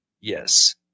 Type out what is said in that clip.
Yes